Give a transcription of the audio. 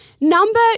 Number